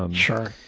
um sure.